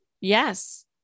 Yes